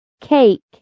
cake